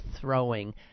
throwing